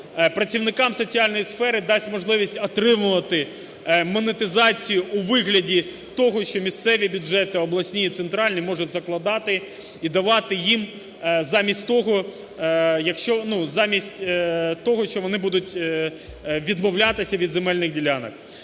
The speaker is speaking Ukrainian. працівникам соціальної сфери дасть можливість отримувати монетизацію у вигляді того, що місцеві бюджети обласні і центральні можуть закладати і давати їм замість того, якщо… замість того, що вони будуть відмовлятися від земельних ділянок.